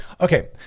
okay